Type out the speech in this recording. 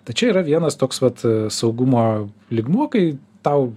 tai čia yra vienas toks vat saugumo lygmuo kai tau